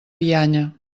bianya